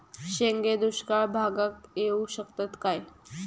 शेंगे दुष्काळ भागाक येऊ शकतत काय?